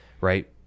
right